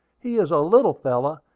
he is a little fellow,